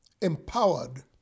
empowered